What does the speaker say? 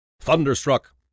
Thunderstruck